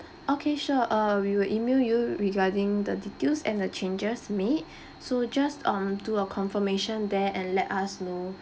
okay sure uh we will email you regarding the details and the changes made so just um do a confirmation there and let us